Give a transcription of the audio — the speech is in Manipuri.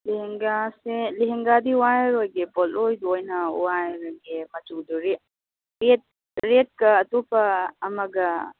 ꯂꯦꯍꯦꯟꯒꯥꯁꯦ ꯂꯦꯍꯦꯟꯒꯥꯗꯤ ꯋꯥꯏꯔꯔꯣꯏꯒꯦ ꯄꯣꯠꯂꯣꯏꯗꯣ ꯑꯣꯏꯅ ꯋꯥꯏꯔꯒꯦ ꯃꯆꯨꯗꯨ ꯔꯦꯗ ꯔꯦꯠ ꯔꯦꯗꯀ ꯑꯇꯣꯞꯄ ꯑꯃꯒ